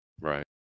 Right